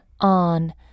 on